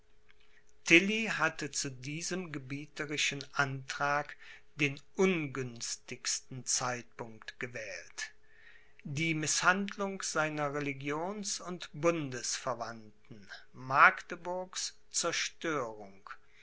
hatte zu diesem gebieterischen antrag den ungünstigsten zeitpunkt gewählt die mißhandlung seiner religions und bundesverwandten magdeburgs